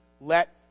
let